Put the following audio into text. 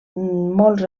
molts